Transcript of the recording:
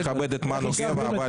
אני מאוד מכבד את מנו גבע,